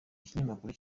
ikinyamakuru